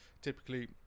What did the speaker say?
typically